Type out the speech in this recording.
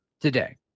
today